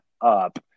up